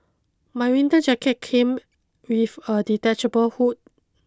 my winter jacket came with a detachable hood